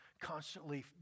constantly